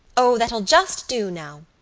o, that'll just do now.